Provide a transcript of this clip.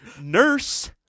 nurse